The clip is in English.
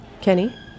Kenny